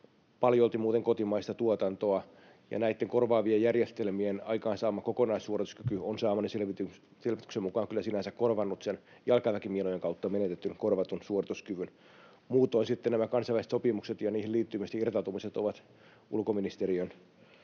paljolti muuten kotimaista tuotantoa. Ja näitten korvaavien järjestelmien aikaansaama kokonaissuorituskyky on saamani selvityksen mukaan kyllä sinänsä korvannut sen jalkaväkimiinojen kautta menetetyn, korvatun suorituskyvyn. Muutoin sitten nämä kansainväliset sopimukset ja niihin liittymiset ja irtautumiset ovat ulkoministeriön